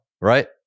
Right